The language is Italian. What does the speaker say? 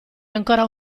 ancora